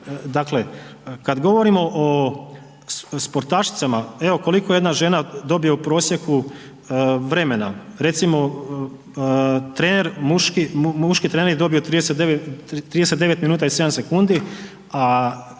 Dakle, kad govorimo o sportašicama, evo koliko jedan žena dobije u prosjeku vremena, recimo trener muški, muški trener je dobio 39 minuta i 7 sekundi, a